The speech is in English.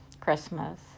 Christmas